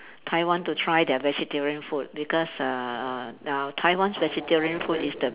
Taiwan to try their vegetarian food because uh uh uh Taiwan's vegetarian food is the